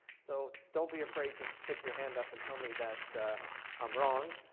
so don't be afraid to stick your hand up and tell me that i'm wrong,